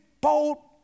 bold